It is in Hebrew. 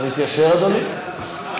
אתה מתיישר, אדוני?